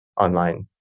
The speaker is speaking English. online